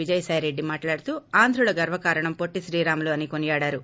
విజయసాయిరెడ్డి మాట్లాడుతూ ఆంధ్రుల గర్వకారణం పొట్టి శ్రీరాములు అని కొనియాడారు